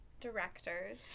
directors